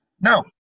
No